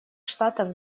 штатов